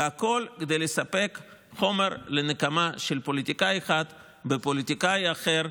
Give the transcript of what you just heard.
והכול כדי לספק חומר לנקמה של פוליטיקאי אחד בפוליטיקאי אחר,